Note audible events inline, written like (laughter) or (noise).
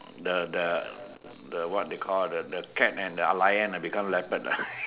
the the the what they call the the cat and the lion become leopard lah (laughs)